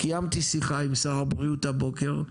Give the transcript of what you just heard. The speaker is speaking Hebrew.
קיימתי שיחה עם שר הבריאות הבוקר,